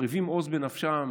מרהיבים עוז בנפשם,